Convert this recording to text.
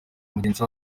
mugenzi